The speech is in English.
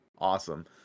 awesome